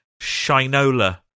Shinola